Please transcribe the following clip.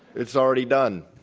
it's already done.